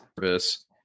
service